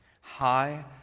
high